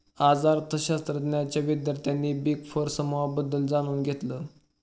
आज अर्थशास्त्राच्या विद्यार्थ्यांनी बिग फोर समूहाबद्दल जाणून घेतलं